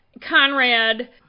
Conrad